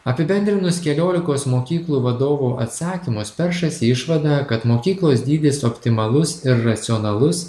apibendrinus keliolikos mokyklų vadovų atsakymus peršasi išvada kad mokyklos dydis optimalus ir racionalus